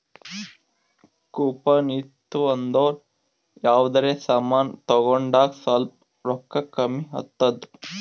coupon ಇತ್ತು ಅಂದುರ್ ಯಾವ್ದರೆ ಸಮಾನ್ ತಗೊಂಡಾಗ್ ಸ್ವಲ್ಪ್ ರೋಕ್ಕಾ ಕಮ್ಮಿ ಆತ್ತುದ್